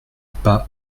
pas